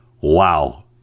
Wow